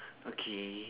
okay